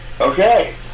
Okay